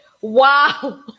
wow